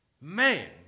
man